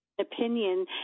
Opinion